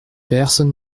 personne